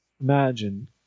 Imagine